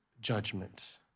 judgment